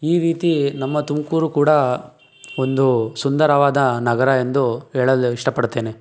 ಈ ರೀತಿ ನಮ್ಮ ತುಮಕೂರು ಕೂಡ ಒಂದು ಸುಂದರವಾದ ನಗರ ಎಂದು ಹೇಳಲು ಇಷ್ಟಪಡ್ತೇನೆ